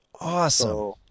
Awesome